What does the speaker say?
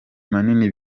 manini